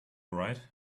right